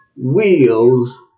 wheels